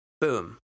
Boom